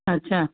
अच्छा